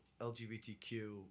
LGBTQ